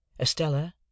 Estella